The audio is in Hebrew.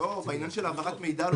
בעניין של העברת מידע.